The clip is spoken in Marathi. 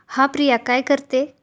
हा प्रिया काय करते